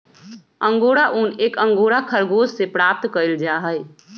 angora ऊन एक angora खरगोश से प्राप्त कइल जाहई